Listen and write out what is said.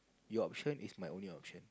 your option is my only option